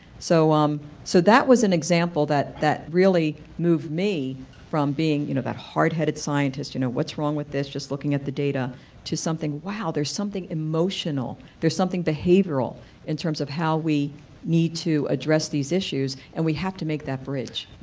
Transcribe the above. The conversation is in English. so, um so that was an example that that really moved me from being you know that hard headed scientist, you know what's wrong with this and just looking at the data to something wow, there is something emotional, there is something behavioral in terms of how we need to address these issues and we have to make that bridge.